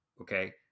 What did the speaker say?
Okay